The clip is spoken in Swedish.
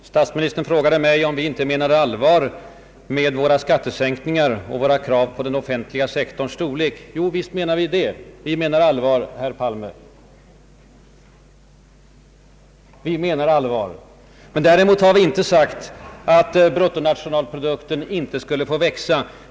Herr talman! Statsministern frågade mig om vi inte menat allvar med våra förslag om skattesänkningar och våra krav i fråga om den offentliga sektorns storlek. Jovisst menade vi allvar, herr Palme. Men vi har inte sagt att den offentliga sektorn inte skulle få växa.